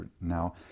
now